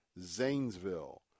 Zanesville